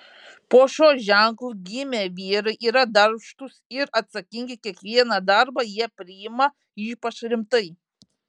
po šiuo ženklu gimę vyrai yra darbštūs ir atsakingi kiekvieną darbą jie priima ypač rimtai